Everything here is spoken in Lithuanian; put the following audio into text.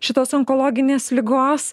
šitos onkologinės ligos